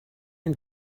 and